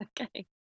Okay